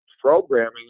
programming